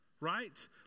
right